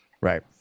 Right